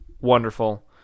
Wonderful